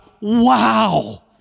wow